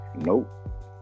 Nope